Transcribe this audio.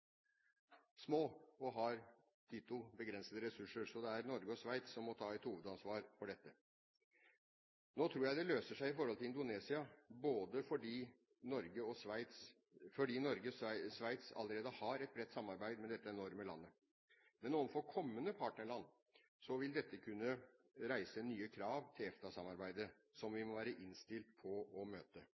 små og har ditto begrensede ressurser, så det er Norge og Sveits som må ta et hovedansvar for dette. Nå tror jeg dette løser seg i forhold til Indonesia, fordi Norge og Sveits allerede har et bredt samarbeid med dette enorme landet. Men overfor kommende partnerland vil dette kunne reise nye krav til EFTA-samarbeidet, som vi må være innstilt på å møte.